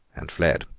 and fled.